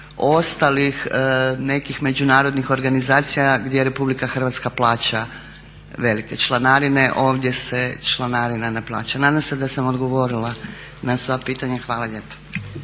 ostalih nekim međunarodnih organizacija gdje RH plaća velike članarine. Ovdje se članarina ne plaća. Nadam se da sam odgovorila na sva pitanja. Hvala lijepa.